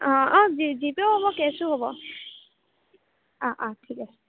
অঁ জিপেও হ'ব কেছো হ'ব অঁ অঁ ঠিক আছে